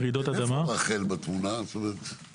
אנחנו עובדים מצוין עם פיקוד העורף מבחינת המוכנות אבל לא